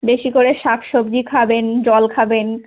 বেশি করে শাক সব্জি খাবেন জল খাবেন